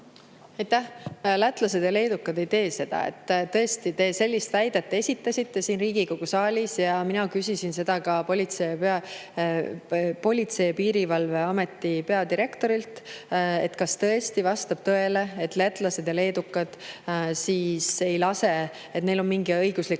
Aitäh! Lätlased ja leedukad ei tee seda. Tõesti, te sellise väite esitasite siin Riigikogu saalis ja mina küsisin seda Politsei- ja Piirivalveameti peadirektorilt, et kas tõesti vastab tõele, et lätlased ja leedukad ei lase [neid muidu sisse], et neil on mingi õiguslik